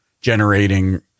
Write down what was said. generating